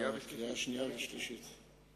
זה לקריאה שנייה ולקריאה שלישית.